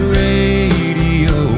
radio